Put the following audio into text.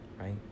right